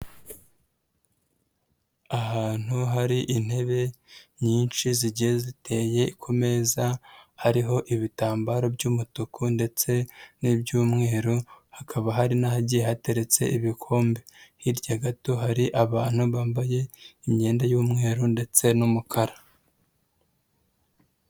Ahantu hari intebe nyinshi zigiye ziteye ku meza hariho ibitambaro by'umutuku ndetse n'iby'umweru, hakaba hari n'ahagiye hateretse ibikombe. Hirya gato hari abantu bambaye imyenda y'umweru ndetse n'umukara.